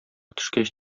төшкәч